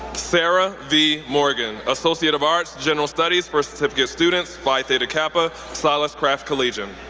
sara v. morgan, associate of arts, general studies for certificate students, phi theta kappa, silas craft collegian.